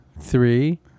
Three